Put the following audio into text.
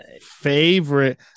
favorite